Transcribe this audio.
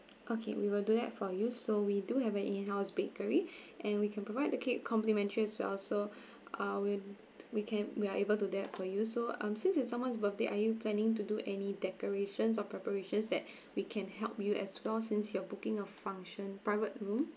okay we will do that for you so we do have an in house bakery and we can provide the cake complimentary as well so uh when we can we are able do that for you so I'm since it's someone's birthday are you planning to do any decorations or preparations that we can help you as well since you are booking a function private room